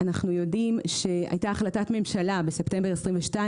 הייתה החלטת ממשלה בספטמבר 2022,